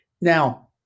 Now